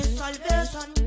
salvation